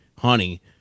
honey